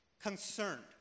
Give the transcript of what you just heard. concerned